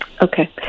Okay